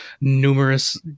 numerous